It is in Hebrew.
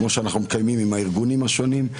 כמו שאנחנו מקיימים עם הארגונים השונים.